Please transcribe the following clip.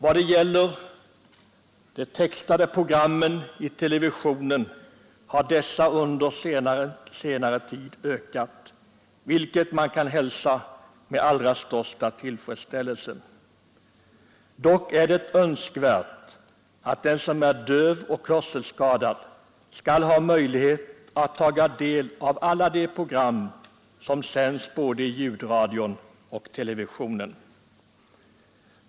Antalet textade program i televisionen har under senare tid ökat, vilket man kan hälsa med allra största tillfredsställelse. Dock är det önskvärt att den som är döv eller hörselskadad skall ha möjlighet att ta del av alla de program som sänds i ljudradion och i televisionen.